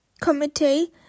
committee